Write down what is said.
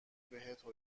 بهت